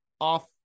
off